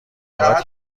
ابد